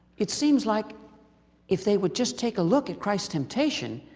it seems like if they would just take a look at christ's temptation,